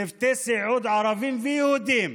צוותי סיעוד ערבים ויהודים,